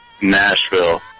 Nashville